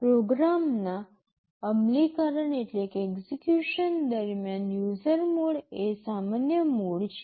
પ્રોગ્રામના અમલીકરણ દરમિયાન યુઝર મોડ એ સામાન્ય મોડ છે